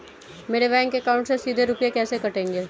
मेरे bank account से सीधे रुपए कैसे कटेंगे?